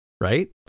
Right